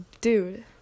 dude